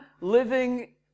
living